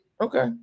okay